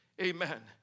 Amen